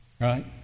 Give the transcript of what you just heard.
right